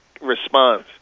response